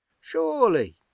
surely